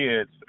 kids